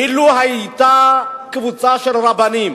אילו היתה קבוצה של רבנים